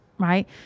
right